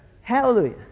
Hallelujah